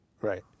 Right